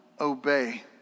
obey